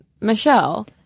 Michelle